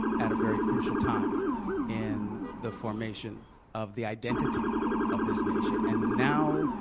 at a very crucial time in the formation of the identity of this nation. and now,